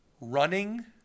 running